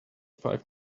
five